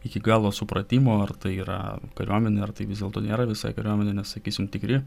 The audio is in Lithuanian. iki galo supratimo ar tai yra kariuomenė ar tai vis dėlto nėra visai kariuomenė nes sakysim tikri